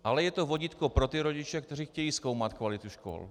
Ale je to vodítko pro ty rodiče, kteří chtějí zkoumat kvalitu škol.